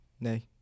Nay